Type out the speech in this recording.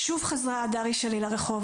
שוב חזרה ה' שלי לרחוב,